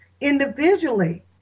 individually